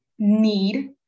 need